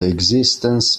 existence